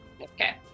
Okay